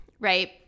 right